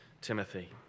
Timothy